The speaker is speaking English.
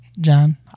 John